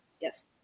yes